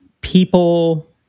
people